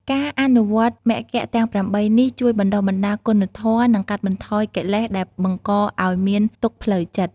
ការអនុវត្តន៍មគ្គទាំង ៨ នេះ ជួយបណ្ដុះបណ្ដាលគុណធម៌ និងកាត់បន្ថយកិលេសដែលបង្កឲ្យមានទុក្ខផ្លូវចិត្ត។